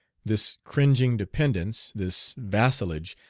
this cringing dependence, this vassalage,